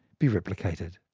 be replicated.